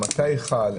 מתי חל,